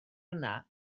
yna